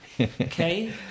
Okay